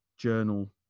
journal